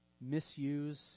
misuse